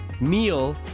meal